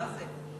מה זה?